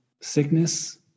sickness